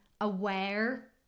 aware